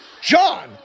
John